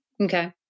Okay